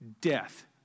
death